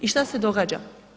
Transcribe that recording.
I šta se događa?